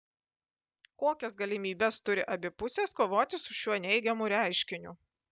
kokias galimybes turi abi pusės kovoti su šiuo neigiamu reiškiniu